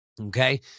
Okay